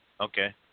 Okay